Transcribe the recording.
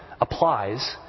applies